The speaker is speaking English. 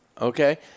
Okay